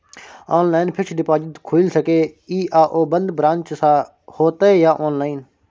Online fixed deposit खुईल सके इ आ ओ बन्द ब्रांच स होतै या ऑनलाइन?